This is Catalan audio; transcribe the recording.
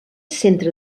centre